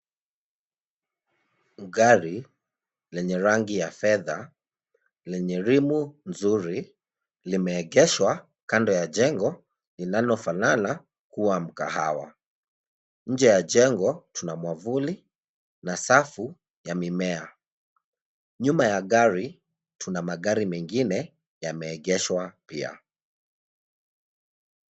Gari lenye rangi ya fedha lenye rimu nzuri limeegeshwa kando ya jengo linalofanana kuwa mkahawa. Nje ya jengo kuna mwavuli na safu ya mimea. Nyuma ya gari, kuna magari mengine yameegeshwa pia.